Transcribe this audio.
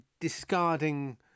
discarding